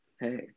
Hey